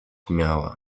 miała